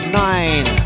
nine